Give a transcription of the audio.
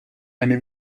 eine